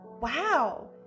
Wow